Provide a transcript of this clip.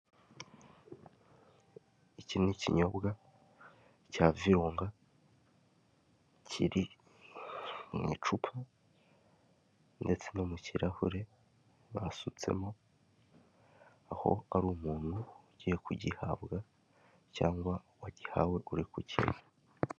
Iki ni ikinyobwa cya virunga kiri mu icupa ndetse no mu kirahure basutsemo aho ari umuntu ugiye kugihabwa cyangwa wagihawe uri ku kinywa.